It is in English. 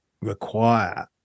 require